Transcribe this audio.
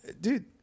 dude